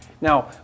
Now